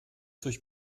durch